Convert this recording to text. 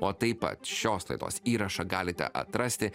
o taip pat šios laidos įrašą galite atrasti